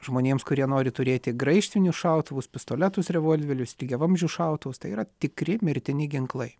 žmonėms kurie nori turėti graižtvinius šautuvus pistoletus revolverius lygiavamzdžius šautuvus tai yra tikri mirtini ginklai